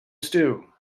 stew